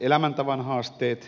elämäntavan haasteet